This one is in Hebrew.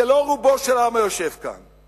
זה לא רובו של העם היושב כאן,